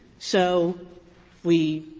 so we